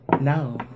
No